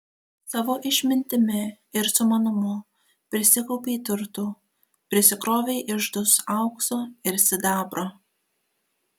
savo išmintimi ir sumanumu prisikaupei turtų prisikrovei iždus aukso ir sidabro